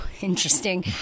interesting